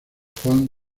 juan